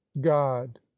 god